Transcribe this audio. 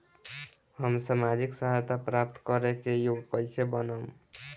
हम सामाजिक सहायता प्राप्त करे के योग्य कइसे बनब?